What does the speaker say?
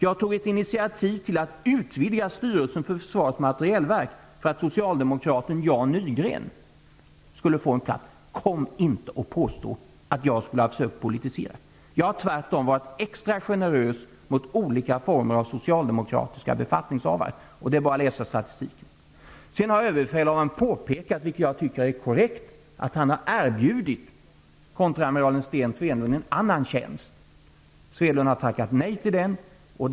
Jag tog initiativ till att utvidga styrelsen i Försvarets materielverk för att socialdemokraten Jan Nygren skulle få en plats. Kom inte och påstå att jag skulle ha försökt att politisera! Tvärtom har jag varit extra generös mot olika former av socialdemokratiska befattningshavare. Det är bara att läsa statistiken! Överbefälhavaren har påpekat, vilket jag tycker är korrekt, att han erbjudit konteramiralen Sten Swedlund annan tjänst. Swedlund har tackat nej till den tjänsten.